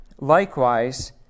Likewise